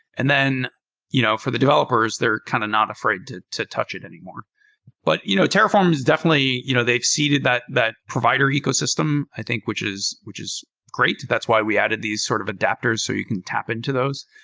and then you know for the developers, they're kind of not afraid to to touch it anymore but you know terraform, definitely, you know they've ceded that that provider ecosystem, i think, which is which is great. that's why we added these sort of adapters so you can tap into those.